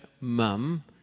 mum